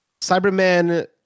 Cyberman